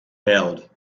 failed